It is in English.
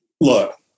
look